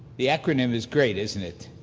the acronym is great, isn't it?